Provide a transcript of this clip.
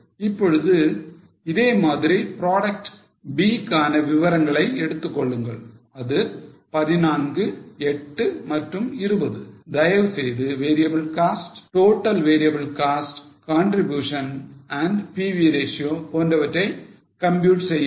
இப்பொழுது இதே மாதிரி product B கான விவரங்களை எடுத்துக் கொள்ளுங்கள் அது 148 மற்றும் 20 தயவுசெய்து variable costs total variable cost contribution and PV ratio போன்றவைகளை compute செய்யுங்கள்